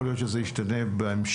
יכול להיות שזה ישתנה בהמשך.